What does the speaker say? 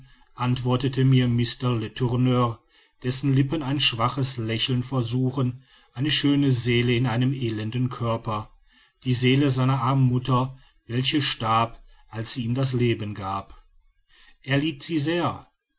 antwortet mir mr letourneur dessen lippen ein schwaches lächeln versuchen eine schöne seele in einem elenden körper die seele seiner armen mutter welche starb als sie ihm das leben gab er liebt sie sehr